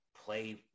play